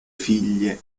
figlie